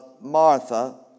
Martha